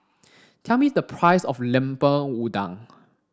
tell me the price of lemper udang